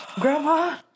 Grandma